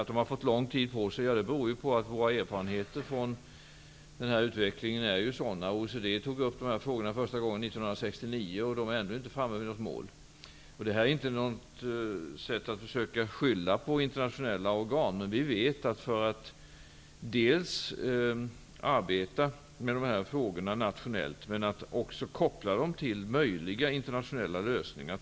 Att man har fått lång tid på sig beror på våra erfarenheter av utvecklingen i detta sammanhang. OECD tog upp de här frågorna första gången 1969. Ändå är man inte framme vid något mål. Detta skall inte uppfattas som ett försök att skylla på internationella organ. Vi vet att det tar sin tid att arbeta med de här frågorna nationellt och att även koppla dem till möjliga internationella lösningar.